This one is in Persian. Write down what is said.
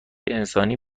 انسانی